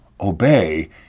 obey